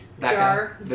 Jar